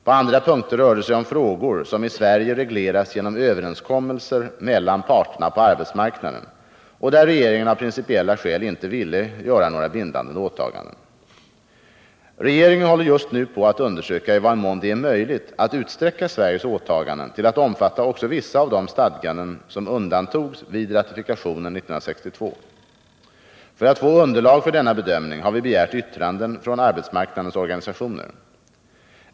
På andra punkter rörde det sig om frågor, som i Sverige regleras genom överenskommelser mellan parterna på arbetsmarknaden och där regeringen av principiella skäl inte ville göra några bindande åtaganden. Regeringen håller just nu på att undersöka i vad mån det är möjligt att utsträcka Sveriges åtaganden till att omfatta också vissa av de stadganden som undantogs vid ratifikationen år 1962. För att få underlag för denna bedömning har vi begärt yttranden från arbetsmarknadens organisationer.